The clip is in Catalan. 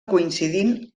coincidint